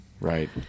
right